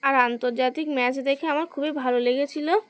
আর আন্তর্জাতিক ম্যাচ দেখে আমার খুবই ভালো লেগেছিল